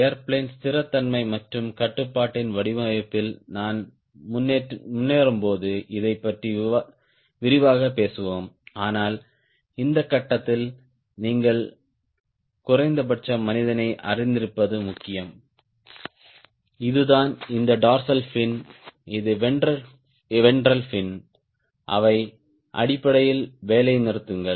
airplane ஸ்திரத்தன்மை மற்றும் கட்டுப்பாட்டின் வடிவமைப்பில் நாம் முன்னேறும்போது இதைப் பற்றி விரிவாகப் பேசுவோம் ஆனால் இந்த கட்டத்தில் நீங்கள் குறைந்தபட்சம் மனிதனை அறிந்திருப்பது முக்கியம் இதுதான் இந்த டார்சல் ஃபின் இது வென்ட்ரல் ஃபின் அவை அடிப்படையில் வேலைநிறுத்தங்கள்